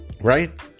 right